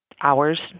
hours